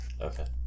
Okay